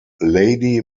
lady